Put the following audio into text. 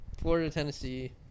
Florida-Tennessee